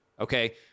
okay